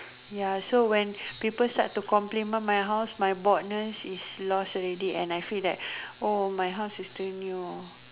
ya so when people start to complain my my house my boredness is lost already and I feel that all my house is still new